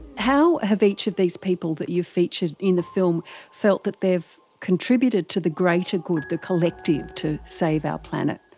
how have each of these people that you featured in the film felt that they've contributed to the greater good, the collective, to save our planet?